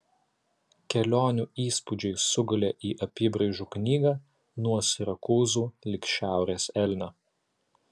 kelionių įspūdžiai sugulė į apybraižų knygą nuo sirakūzų lig šiaurės elnio